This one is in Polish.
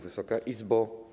Wysoka Izbo!